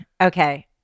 Okay